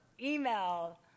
Email